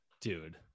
dude